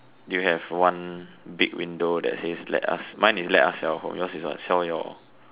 do you have one big window that says let us mine is let us sell your yours is what sell your